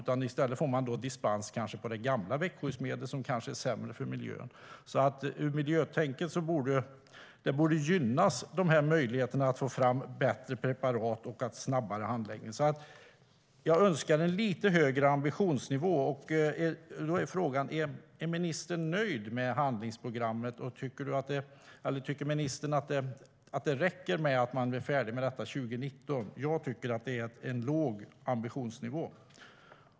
I stället får man kanske dispens för det gamla växtskyddsmedlet, som kan vara sämre för miljön. Utifrån detta miljötänk borde man gynna möjligheterna att få fram bättre preparat och snabbare handläggning. Jag önskar en lite högre ambitionsnivå. Är ministern nöjd med handlingsprogrammet, och tycker hon att det räcker med att man blir färdig med detta 2019? Jag tycker att det är en låg ambitionsnivå.